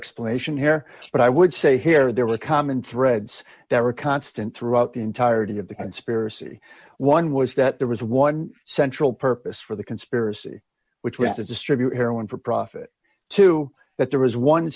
explanation here but i would say here there were common threads that were constant throughout the entirety of the conspiracy one was that there was one central purpose for the conspiracy which we had to distribute heroin for profit two that there